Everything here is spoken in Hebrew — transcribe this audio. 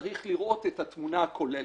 צריך לראות את התמונה הכוללת.